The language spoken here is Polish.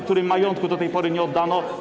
którym majątku do tej pory nie oddano?